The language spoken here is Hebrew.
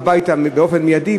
הביתה באופן מיידי,